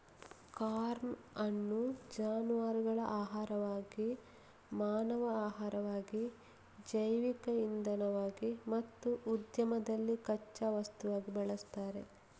corn ಅನ್ನು ಜಾನುವಾರುಗಳ ಆಹಾರವಾಗಿ, ಮಾನವ ಆಹಾರವಾಗಿ, ಜೈವಿಕ ಇಂಧನವಾಗಿ ಮತ್ತು ಉದ್ಯಮದಲ್ಲಿ ಕಚ್ಚಾ ವಸ್ತುವಾಗಿ ಬಳಸ್ತಾರೆ